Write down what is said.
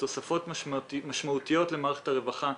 לתוספות משמעותיות למערכת הרווחה.